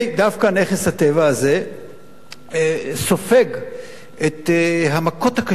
דווקא נכס הטבע הזה סופג את המכות הקשות,